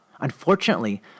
Unfortunately